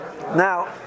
Now